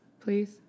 please